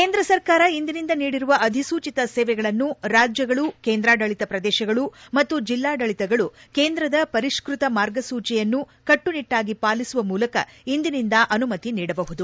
ಕೇಂದ್ರ ಸರ್ಕಾರ ಇಂದಿನಿಂದ ನೀಡಿರುವ ಅಧಿಸೂಚಿತ ಸೇವೆಗಳನ್ನು ರಾಜ್ಯಗಳು ಕೇಂದ್ರಾಡಳಿತ ಪ್ರದೇಶಗಳು ಮತ್ತು ಜಿಲ್ಲಾಡಳಿತಗಳು ಕೇಂದ್ರದ ಪರಿಷ್ಟತ ಮಾರ್ಗಸೂಚಿಯನ್ನು ಕಟ್ಟುನಿಟ್ನಾಗಿ ಪಾಲಿಸುವ ಮೂಲಕ ಇಂದಿನಿಂದ ಅನುಮತಿ ನೀಡಬಹುದು